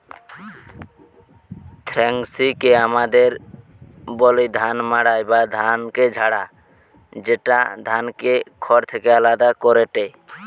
থ্রেশিংকে আমদের বলি ধান মাড়াই বা ধানকে ঝাড়া, যেটা ধানকে খড় থেকে আলদা করেটে